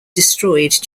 destroyed